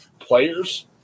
Players